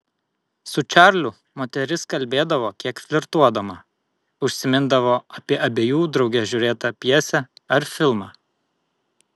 su čarliu moteris kalbėdavo kiek flirtuodama užsimindavo apie abiejų drauge žiūrėtą pjesę ar filmą